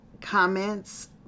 comments